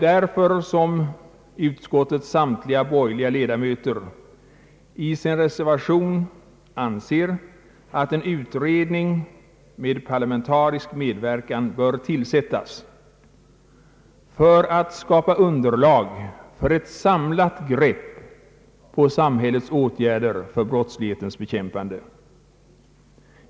Därför har utskottets samtliga borgerliga ledamöter i sin reservation framhållit att en utredning med parlamentarisk medverkan bör tillsättas för att skapa underlag för ett samlat grepp på samhällets åtgärder för brottslighetens bekämpande.